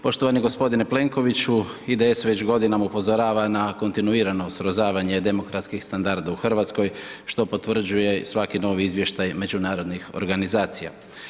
Poštovani g. Plenkoviću, IDS već godinama upozorava na kontinuirano srozavanje demokratskih standarda u RH, što potvrđuje svaki novi izvještaj međunarodnih organizacija.